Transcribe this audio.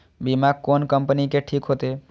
बीमा कोन कम्पनी के ठीक होते?